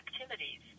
activities